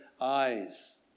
eyes